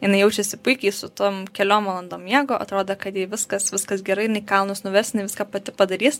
jinai jaučiasi puikiai su tom keliom valandom miego atrodo kad jai viskas viskas gerai jinai kalnus nuvers jinai viską pati padarys